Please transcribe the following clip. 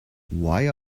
why